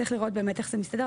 צריך לראות איך זה מסתדר.